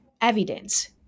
evidence